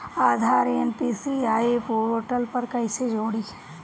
आधार NPCI portal पर कईसे जोड़ी?